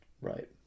right